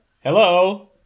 Hello